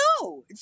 No